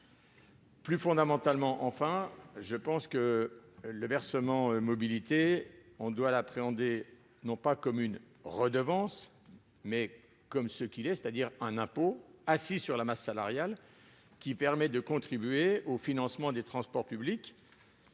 Plus fondamentalement, enfin, le versement mobilité doit être appréhendé non pas comme une redevance, mais pour ce qu'il est, c'est-à-dire un impôt assis sur la masse salariale, qui permet de contribuer au financement des transports publics.